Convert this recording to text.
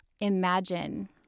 imagine